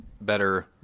better